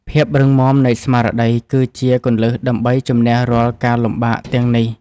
ភាពរឹងមាំនៃស្មារតីគឺជាគន្លឹះដើម្បីជម្នះរាល់ការលំបាកទាំងនេះ។